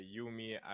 Yumi